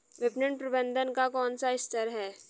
विपणन प्रबंधन का कौन सा स्तर है?